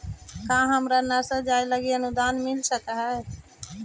का हमरा नासा जाये लागी अनुदान मिल सकलई हे?